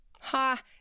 Ha